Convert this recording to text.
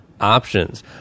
options